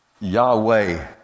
Yahweh